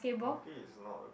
hockey is not a